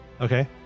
Okay